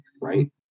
right